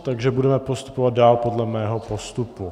Takže budeme postupovat dál podle mého postupu.